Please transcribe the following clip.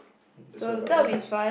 that's why by then